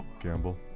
Campbell